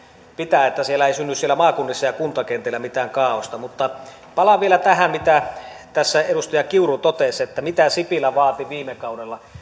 pitää että ei synny siellä maakunnissa ja kuntakentillä mitään kaaosta mutta palaan vielä tähän mitä tässä edustaja kiuru totesi siitä mitä sipilä vaati viime kaudella